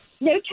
No